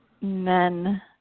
men